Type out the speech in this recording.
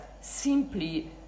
simply